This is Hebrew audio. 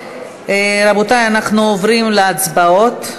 רבותי, אנחנו עוברים להצבעות.